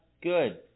Good